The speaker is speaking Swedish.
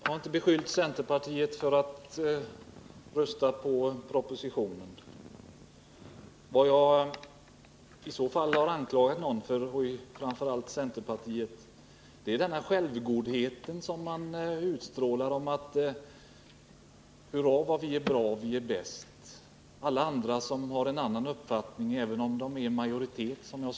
Herr talman! Jag har inte anklagat centerpartisterna för att de vill rösta för propositionen. Vad jag anklagar dem för är den självgodhet som de utstrålar och som tycks utmynna i: Hurra vad vi är bra — vi är bäst! Alla de som har en annan uppfattning — även om de är i majoritet — har fel.